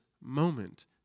moment